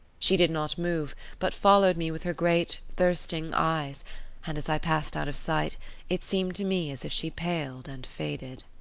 she did not move, but followed me with her great, thirsting eyes and as i passed out of sight it seemed to me as if she paled and faded.